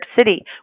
City